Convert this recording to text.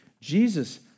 Jesus